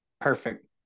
perfect